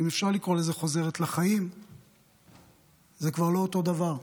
אם אפשר לקרוא לזה חוזרת, זה כבר לא אותו דבר.